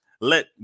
let